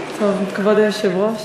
כבוד היושבת-ראש,